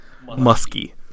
musky